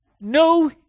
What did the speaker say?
no